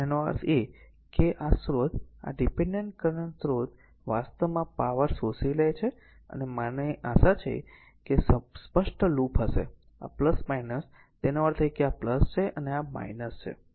તેનો અર્થ એ છે કે આ સ્રોત આ ડીપેનડેન્ટ કરંટ સ્રોત વાસ્તવમાં પાવર શોષી લે છે મને આશા છે કે સ્પષ્ટ લૂપ હશે આ તેનો અર્થ છે કે આ છે આ છે